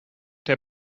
der